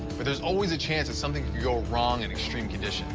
but there's always a chance that something could go wrong in extreme conditions